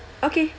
okay